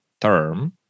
term